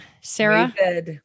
Sarah